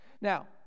Now